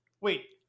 wait